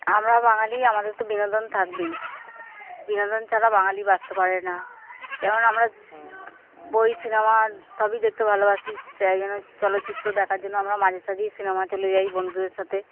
আমরা বাঙালি আমাদের তো বিনোদন থাকবেই বিনোদন ছাড়া বাঙালি বাঁচতে পারে না যেমন আমরা বই সিনেমা সবই দেখতে ভালোবাসি যাই যেন চলচ্চিত্র দেখার জন্য আমরা মাঝে সাঝেই সিনেমা চলে যাই বন্ধুদের সাথে